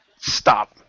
stop